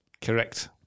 Correct